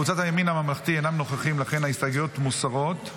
הממלכתי אינם נוכחים, לכן ההסתייגויות מוסרות.